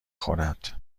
خورد